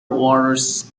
orders